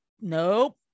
nope